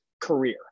career